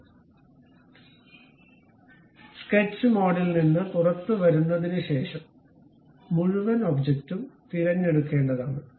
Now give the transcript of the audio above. അതിനാൽ സ്കെച്ച് മോഡിൽ നിന്ന് പുറത്തുവന്നതിനുശേഷം മുഴുവൻ ഒബ്ജക്റ്റും തിരഞ്ഞെടുക്കേണ്ടതാണ്